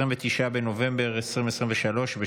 29 בנובמבר 2023,